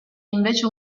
invece